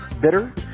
Bitter